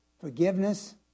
forgiveness